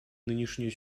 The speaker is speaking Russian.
нынешнюю